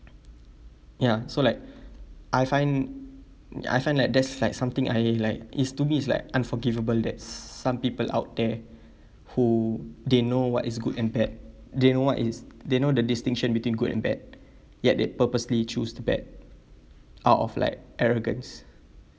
ya so like I find I find like there's like something I like is to me is like unforgivable that some people out there who they know what is good and bad they know what is they know the distinction between good and bad yet they purposely choose to bad out of like arrogance